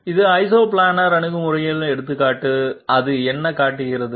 இது ஐசோபிளானர் அணுகுமுறையின் எடுத்துக்காட்டு அது என்ன காட்டுகிறது